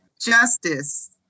Justice